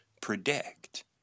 predict